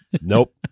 nope